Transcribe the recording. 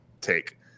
take